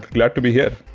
glad to be here.